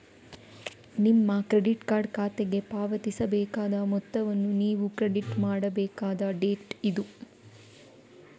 ನಿಮ್ಮ credit card ಖಾತೆಗೆ ಪಾವತಿಸಬೇಕಾದ ಮೊತ್ತವನ್ನು ನೀವು ಕ್ರೆಡಿಟ್ ಮಾಡಬೇಕಾದ ಡೇಟ್ ಇದು